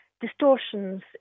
distortions